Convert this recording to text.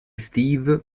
steve